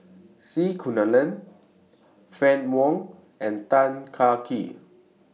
C Kunalan Fann Wong and Tan Kah Kee